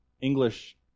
English